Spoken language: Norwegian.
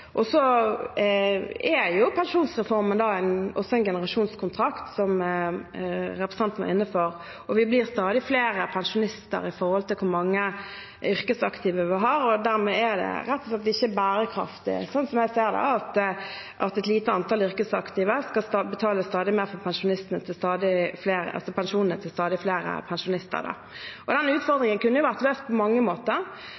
Så er pensjonsreformen også en generasjonskontrakt, som representanten er inne på, og vi blir stadig flere pensjonister i forhold til hvor mange yrkesaktive vi har. Dermed er det rett og slett ikke bærekraftig, sånn som jeg ser det, at et lite antall yrkesaktive skal betale stadig mer for pensjonene til stadig flere